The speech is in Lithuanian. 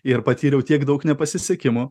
ir patyriau tiek daug nepasisekimų